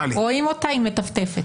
רואים אותה, היא מטפטפת.